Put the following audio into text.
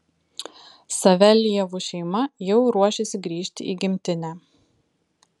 saveljevų šeima jau ruošiasi grįžti į gimtinę